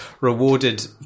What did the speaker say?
Rewarded